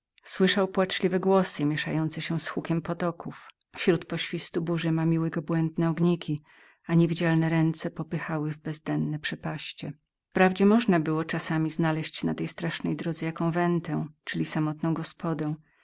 słyszał płaczliwe głosy mieszające się z hukiem potoków śród poświstu burzy mamiły go błędne ogniki a niewidome ręce popychały w bezdenne przepaście wprawdzie można było czasami znaleźć na tej strasznej drodze jaką ventę czyli samotną gospodę